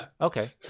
Okay